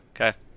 Okay